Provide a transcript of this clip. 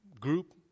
group